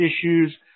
issues